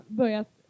börjat